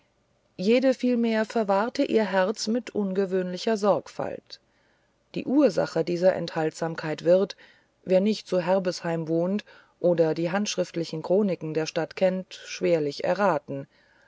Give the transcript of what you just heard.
jede vielmehr verwahrte ihr herz mit ungewöhnlicher sorgfalt die ursache dieser enthaltsamkeit wird wer nicht zu herbesheim wohnt oder die handschriftlichen chroniken der stadt kennt schwerlich erraten